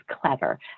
clever